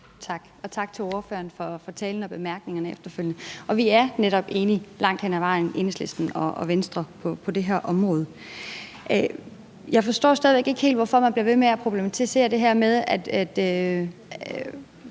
Tak til ordføreren for talen og de efterfølgende bemærkninger. Enhedslisten og Venstre er netop enige langt hen ad vejen på det her område. Jeg forstår stadig væk ikke helt, hvorfor man bliver ved med at problematisere det her med, at